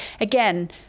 again